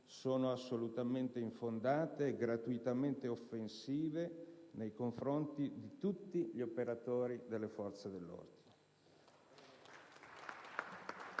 sono assolutamente infondate e gratuitamente offensive nei confronti di tutti gli operatori delle forze dell'ordine.